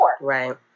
right